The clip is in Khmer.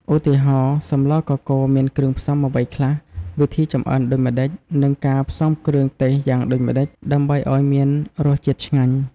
ឧទាហរណ៍ សម្លរកកូរមានគ្រឿងផ្សំអ្វីខ្លះ វិធីចម្អិនដូចម្តេច និងការផ្សំគ្រឿងទេសយ៉ាងដូចម្តេចដើម្បីឱ្យមានរសជាតិឆ្ញាញ់។